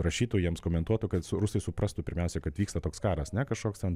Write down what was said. rašytų jiems komentuotų kad su rusai suprastų pirmiausia kad vyksta toks karas ne kažkoks ten